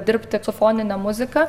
dirbti su fonine muzika